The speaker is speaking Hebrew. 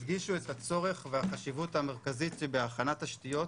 הדגישו את הצורך והחשיבות המרכזית שבהכנת תשתיות